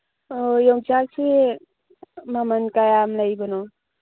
ꯑꯣ ꯌꯣꯡꯆꯥꯛꯁꯤ ꯃꯃꯟ ꯀꯌꯥꯝ ꯂꯩꯕꯅꯣ